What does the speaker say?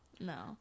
No